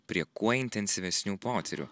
prie kuo intensyvesnių potyrių